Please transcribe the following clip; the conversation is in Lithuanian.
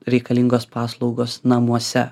reikalingos paslaugos namuose